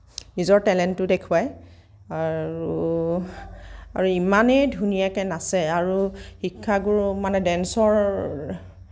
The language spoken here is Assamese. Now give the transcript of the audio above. নিজৰ টেলেণ্টটো দেখুৱাই আৰু ইমানেই ধুনীয়াকে নাচে আৰু শিক্ষাগুৰু মানে ডাঞ্চৰ